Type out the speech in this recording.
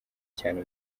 cyane